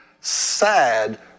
Sad